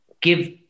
give